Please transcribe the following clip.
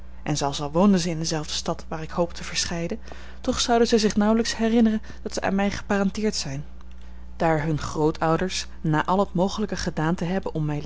en zelfs al woonden zij in dezelfde stad waar ik hoop te verscheiden toch zouden zij zich nauwelijks herinneren dat zij aan mij geparenteerd zijn daar hunne grootouders na al het mogelijke gedaan te hebben om